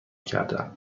کردن